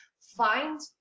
Find